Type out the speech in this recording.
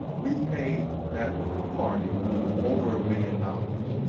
we paid that party over a million dollars.